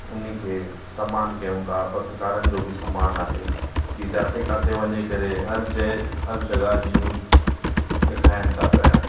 उन खे सम्मान कयूं तव्हां पत्रकारनि जो बि सम्मान आहे कि जिते किथे वञी करे हर जे हर जॻहि जी न्यूज़ ॾेखारीनि था पिया